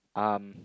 um